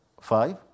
Five